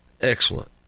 excellent